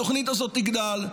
התוכנית הזאת תגדל,